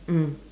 mm